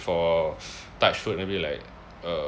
for touch wood maybe like uh